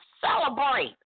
celebrate